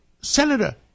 senator